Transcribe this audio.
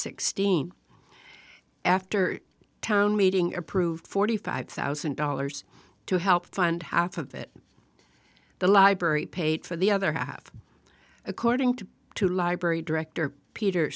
dean after town meeting approved forty five thousand dollars to help fund half of it the library paid for the other half according to two library director peter